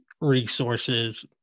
resources